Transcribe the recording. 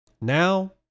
Now